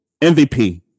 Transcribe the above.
MVP